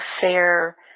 fair